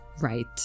Right